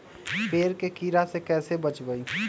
पेड़ के कीड़ा से कैसे बचबई?